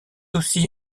aussi